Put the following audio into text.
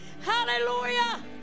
hallelujah